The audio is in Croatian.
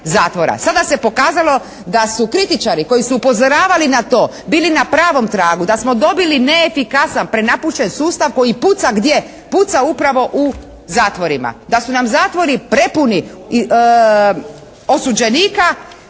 zatvora. Sada se pokazalo da su kritičari koji su upozoravali na to bili na pravom tragu, da smo dobili neefikasan, prenapućen sustav koji puca gdje? Puca upravo u zatvorima. Da su nam zatvori prepuni osuđenika